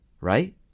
Right